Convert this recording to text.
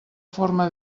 forma